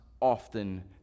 often